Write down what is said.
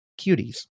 cuties